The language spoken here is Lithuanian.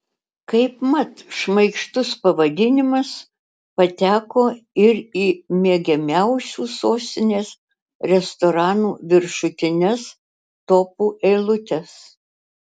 kaip mat šmaikštus pavadinimas pateko ir į mėgiamiausių sostinės restoranų viršutines topų eilutes